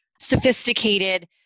sophisticated